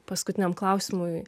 paskutiniam klausimui